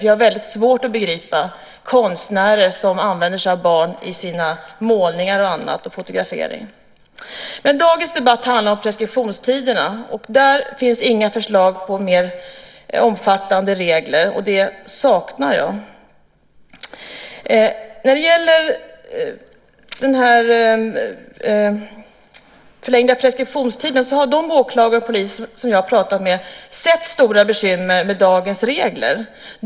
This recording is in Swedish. Jag har väldigt svårt att begripa konstnärer som använder sig av barn i sina målningar, fotografering och annat. Dagens debatt handlar om preskriptionstiderna. Där finns inga förslag på mer omfattande regler, och det saknar jag. De åklagare och poliser som jag har pratat med om den förlängda preskriptionstiden har sett stora bekymmer med dagens regler.